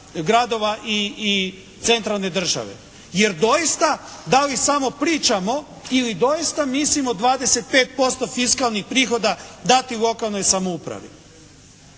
i centralne države? Jer doista da li samo pričamo ili doista mislimo 25% fiskalnih prihoda dati lokalnoj samoupravi?